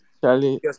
Charlie